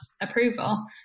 approval